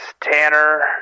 Tanner